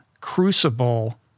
crucible